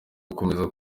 gukomeza